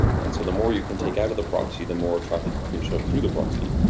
and so the more you can take out of the proxy, the more traffic you can show through the proxy.